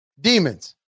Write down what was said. demons